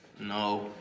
No